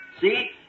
see